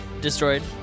destroyed